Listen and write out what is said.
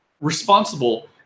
responsible